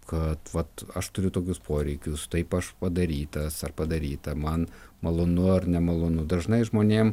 kad vat aš turiu tokius poreikius taip aš padarytas ar padaryta man malonu ar nemalonu dažnai žmonėm